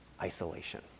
isolation